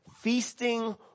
Feasting